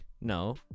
No